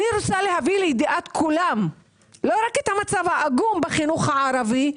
אני רוצה להביא לידיעת כולם לא רק את המצב העגום בחינוך הערבי.